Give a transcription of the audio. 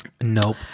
Nope